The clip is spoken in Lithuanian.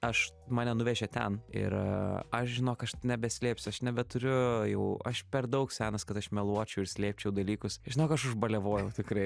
aš mane nuvežė ten ir aš žinok aš nebeslėpsiu aš nebeturiu jau aš per daug senas kad aš meluočiau ir slėpčiau dalykus žinok aš užbaliavojau tikrai